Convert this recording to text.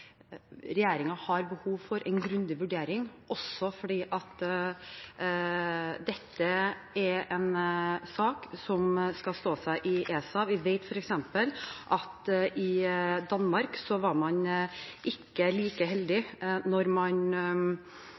har behov for en grundig vurdering, også fordi dette er en sak som skal stå seg i ESA. Vi vet f.eks. at i Danmark var man ikke like heldig da man